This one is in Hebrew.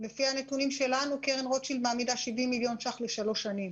לפי הנתונים שלנו קרן רוטשילד מעמידה 70 מיליון שקלים לשלוש שנים.